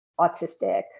autistic